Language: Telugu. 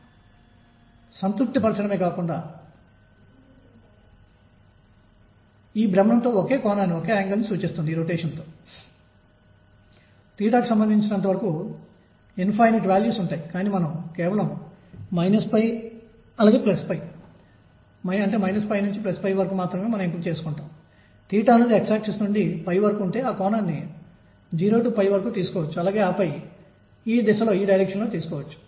సరిగ్గా అదే సమయంలో బోర్ నమూనాను ఉత్పన్నం చేస్తుంది క్వాంటం మెకానిక్స్ ఇతర వ్యవస్థలకు వర్తించేలా చేస్తుంది